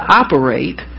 operate